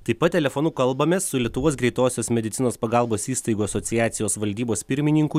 taip pat telefonu kalbamės su lietuvos greitosios medicinos pagalbos įstaigų asociacijos valdybos pirmininku